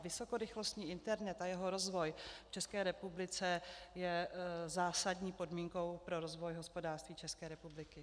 Vysokorychlostní internet a jeho rozvoj v České republice je zásadní podmínkou pro rozvoj hospodářství České republiky.